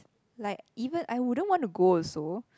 like even I wouldn't want to go also